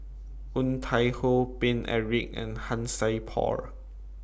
Woon Tai Ho Paine Eric and Han Sai Por